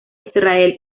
israel